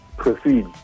proceed